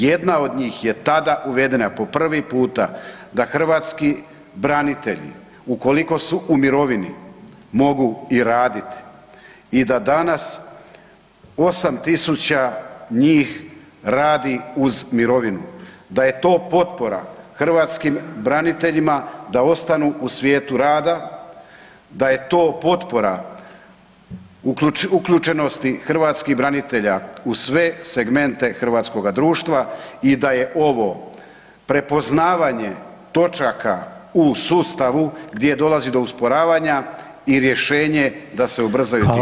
Jedna od njih je tada uvedena po prvi puta da hrvatski branitelji ukoliko su u mirovini mogu i raditi i da danas 8 tisuća njih radi uz mirovinu, da je to potpora hrvatskim braniteljima da ostanu u svijetu rada, da je to potpora uključenosti hrvatskih branitelja u sve segmente hrvatskoga društva i da je ovo prepoznavanje točaka u sustavu gdje dolazi do usporavanja i rješenje da se ubrzaju ti procesi.